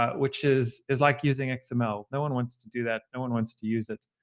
but which is is like using like xml. no one wants to do that. no one wants to use it.